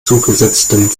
zugesetzten